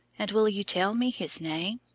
and will you tell me his name?